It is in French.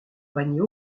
panier